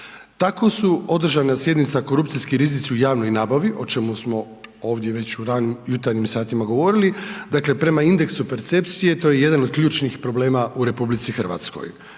Tako su održana sjednica Korupcijski rizici u javnoj nabavi o čemu smo ovdje već u ranim jutarnjim satima govorili, dakle prema indeksu percepcije to je jedan od ključnih problema u RH.